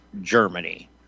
Germany